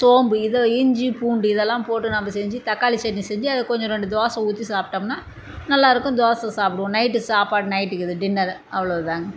சோம்பு இதை இஞ்சி பூண்டு இதெல்லாம் போட்டு நம்ம செஞ்சி தக்காளி சட்னி செஞ்சி அதை கொஞ்சம் ரெண்டு தோசை ஊற்றி சாப்பிட்டோம்னா நல்லா இருக்கும் தோசை சாப்பிடுவோம் நைட்டு சாப்பாடு நைட்டுக்கு இது டின்னர் அவ்வளோ தாங்க